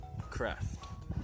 craft